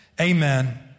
amen